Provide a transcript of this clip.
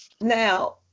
Now